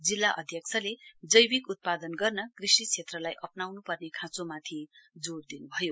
जिल्ला अध्यक्षले जैविक उत्पादन गर्न कृषि क्षेत्रलाई अप्नाउन् पर्ने खाँचोमाथि जोड़ दिनुभयो